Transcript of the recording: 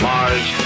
Mars